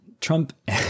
Trump